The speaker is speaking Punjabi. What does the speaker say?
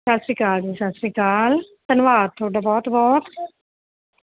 ਸਤਿ ਸ਼੍ਰੀ ਅਕਾਲ ਜੀ ਸਤਿ ਸ਼੍ਰੀ ਅਕਾਲ ਧੰਨਵਾਦ ਤੁਹਾਡਾ ਬਹੁਤ ਬਹੁਤ